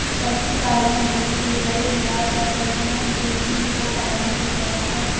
पशुपालन भूमि के बड़े भूभाग पर पशुओं के झुंड को पालने की प्रथा है